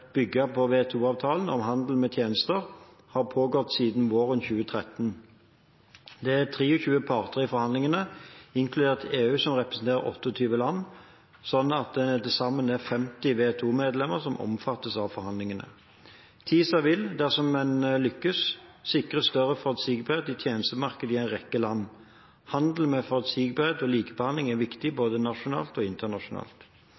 på WTO-avtalen om handel med tjenester – har pågått siden våren 2013. Det er 23 parter i forhandlingene, inkludert EU, som representerer 28 land, slik at det til sammen er 50 WTO-medlemmer som omfattes av forhandlingene. TISA vil, dersom en lykkes, sikre større forutsigbarhet i tjenestemarkedet i en rekke land. Handel med forutsigbarhet og likebehandling er viktig,